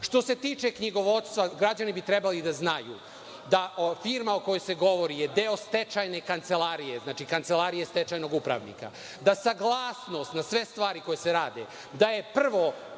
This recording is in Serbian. se tiče knjigovodstva, građani bi trebali da znaju da firma o kojoj se govori je deo stečajne kancelarije, znači, kancelarije stečajnog upravnika, da saglasnost na sve stvari koje se rade, da je prvo